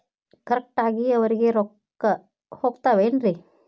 Correct ಆಗಿ ಅವರಿಗೆ ರೊಕ್ಕ ಹೋಗ್ತಾವೇನ್ರಿ?